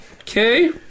Okay